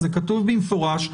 זה כתוב במפורש,